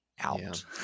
out